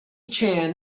chan